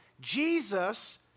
Jesus